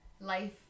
life